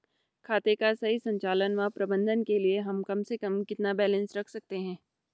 खाते का सही संचालन व प्रबंधन के लिए हम कम से कम कितना बैलेंस रख सकते हैं?